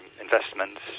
investments